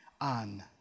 on